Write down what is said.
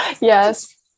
yes